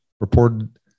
reported